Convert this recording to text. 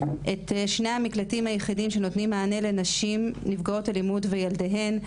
את שני המקלטים היחידים שנותנים מענה לנשים נפגעות אלימות וילדיהן.